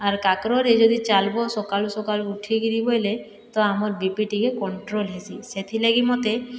ଆର୍ କାକରରେ ଯଦି ଚାଲିବ ସଖାଳୁ ସଖାଳୁ ଉଠିକିରି ବୋଇଲେ ତ ଆମର୍ ବିପି ଟିକେ କଣ୍ଟ୍ରୋଲ ହେସି ସେଥିଲାଗି ମୋତେ